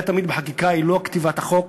תמיד הבעיה בחקיקה היא לא כתיבת החוק